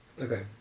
Okay